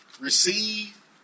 receive